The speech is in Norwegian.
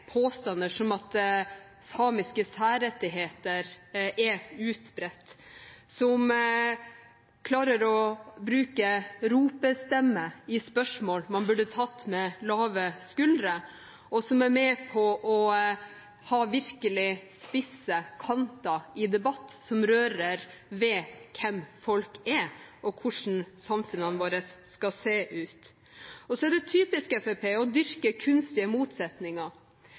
påstander som at samiske særrettigheter er utbredt, som klarer å bruke ropestemme i spørsmål man burde tatt med lave skuldre, og som er med på å ha virkelig spisse kanter i en debatt som rører ved hvem folk er, og hvordan samfunnet vårt skal se ut. Og det er typisk Fremskrittspartiet å dyrke kunstige motsetninger,